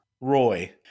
roy